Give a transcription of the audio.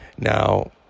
now